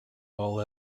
all